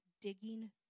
digging